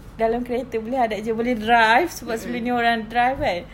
dalam kereta boleh hadap jam boleh drive sebab sebelum ini orang drive kan